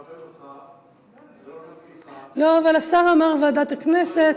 תועבר לוועדה, על-פי התקנון ועדת הכספים?